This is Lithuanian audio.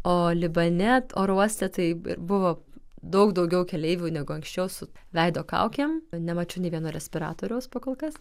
o libane oro uoste taip ir buvo daug daugiau keleivių negu anksčiau su veido kaukėm nemačiau nė vieno respiratoriaus pakolkas